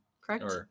Correct